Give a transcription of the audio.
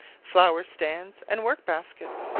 flower-stands, and work-baskets.